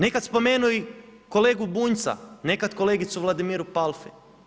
Nekad spomenu i kolegu Bunjcu, nekad kolegicu Vladimiru Palfi.